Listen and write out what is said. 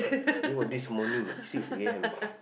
eh what this morning six a_m